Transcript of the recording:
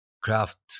craft